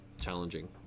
challenging